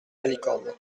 malicorne